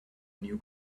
new